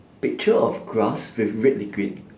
picture of grass with red liquid